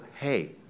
hey